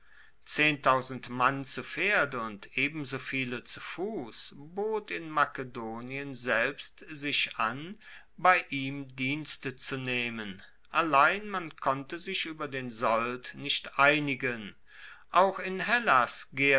mann zu pferde und ebenso viele zu fuss bot in makedonien selbst sich an bei ihm dienste zu nehmen allein man konnte sich ueber den sold nicht einigen auch in hellas